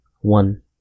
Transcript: one